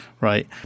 Right